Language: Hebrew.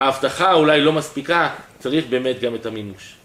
ההבטחה אולי לא מספיקה, צריך באמת גם את המימוש.